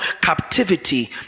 captivity